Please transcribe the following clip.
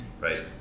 right